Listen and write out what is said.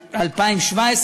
2017,